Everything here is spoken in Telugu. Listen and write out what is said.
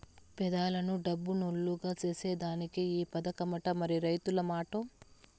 పేదలను డబ్బునోల్లుగ సేసేదానికే ఈ పదకమట, మరి రైతుల మాటో